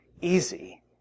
easy